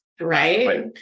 Right